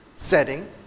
setting